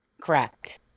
Correct